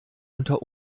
unter